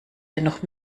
dennoch